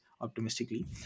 optimistically